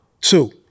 two